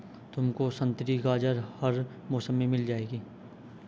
तुमको संतरी गाजर हर मौसम में मिल जाएगी